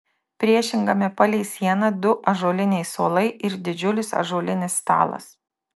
priešingame palei sieną du ąžuoliniai suolai ir didžiulis ąžuolinis stalas